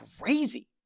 crazy